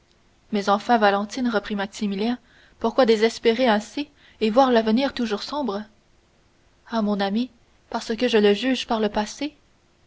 mais enfin valentine reprit maximilien pourquoi désespérer ainsi et voir l'avenir toujours sombre ah mon ami parce que je le juge par le passé